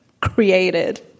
created